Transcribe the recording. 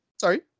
Sorry